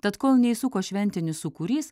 tad kol neįsuko šventinis sūkurys